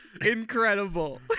Incredible